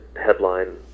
headline